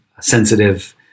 sensitive